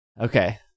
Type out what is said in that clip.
Okay